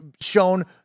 shown